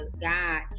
god